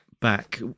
back